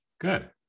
good